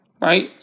right